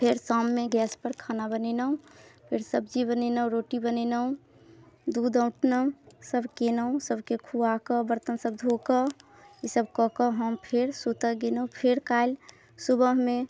फेर शाममे गैसपर खाना बनेलहुँ फेर सब्जी बनेलहुँ रोटी बनेलहुँ दूध औटलहुँ सब केलहुँ सबके खुआकऽ बर्तन सब धोकऽ ई सब कऽकऽ हम फेर सुतऽ गेलहुँ फेर काल्हि सुबहमे